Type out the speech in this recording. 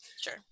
sure